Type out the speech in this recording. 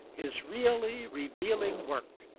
his really revealing work,